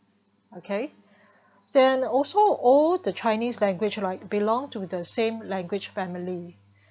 okay then also all the Chinese language like belonged to the same language family